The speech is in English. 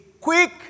quick